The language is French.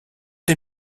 les